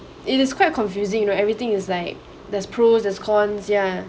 it is quite confusing you know everything is like there's pros and cons yeah